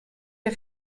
der